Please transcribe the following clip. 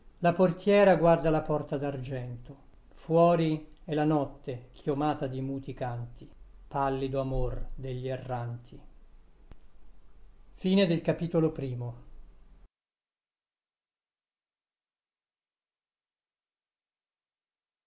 la portiera guarda la porta d'argento fuori è la notte chiomata di muti canti pallido amor degli erranti